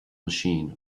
machine